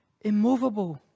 immovable